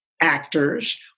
actors